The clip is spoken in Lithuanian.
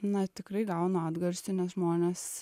na tikrai gaunu atgarsį nes žmonės